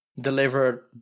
delivered